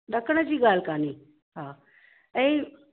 ॾकण जी ॻाल्हि कान्हे हा ऐं